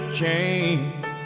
change